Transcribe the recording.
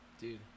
Dude